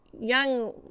young